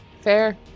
fair